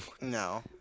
No